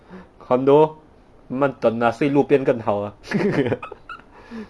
condominium 慢慢等 lah 睡路边更好 lah